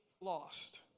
lost